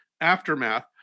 aftermath